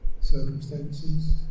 circumstances